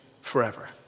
forever